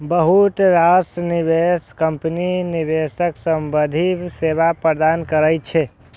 बहुत रास निवेश कंपनी निवेश संबंधी सेवा प्रदान करै छै